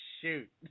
shoot